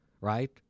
right